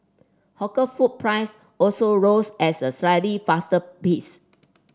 hawker food price also rose as a slightly faster pace